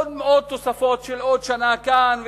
עוד תוספות של עוד שנה כאן,